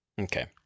Okay